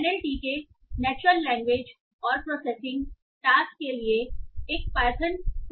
NLTK natural language और processing task के लिए एक पाइथन टूलकिट है